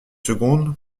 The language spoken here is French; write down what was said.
secondes